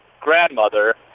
grandmother